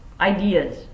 ideas